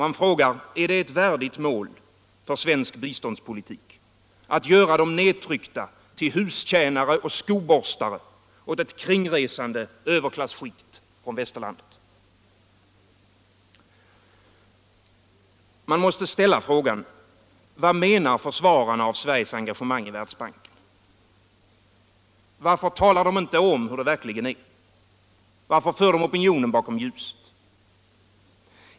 Är det ett värdigt mål för svensk biståndspolitik att göra de nedtryckta till hustjänare och skoborstare åt ett kringresande överklasskikt från Västerlandet? Man måste ställa frågan: Vad menar försvararna av Sveriges engagemang i Världsbanken? Varför talar de inte sanning? Varför för de svensk opinion bakom ljuset?